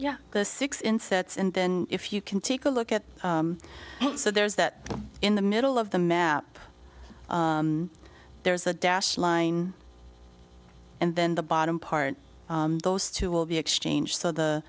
yeah the six insets and then if you can take a look at so there's that in the middle of the map there's a dash line and then the bottom part those two will be exchanged so the